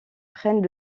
prennent